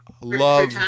love